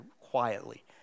quietly